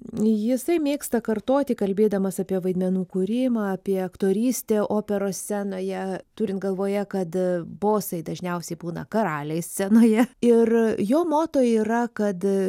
jisai mėgsta kartoti kalbėdamas apie vaidmenų kūrimą apie aktorystę operos scenoje turint galvoje kad bosai dažniausiai būna karaliai scenoje ir jo moto yra kad